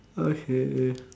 okay